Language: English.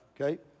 okay